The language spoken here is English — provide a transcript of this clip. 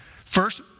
First